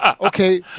okay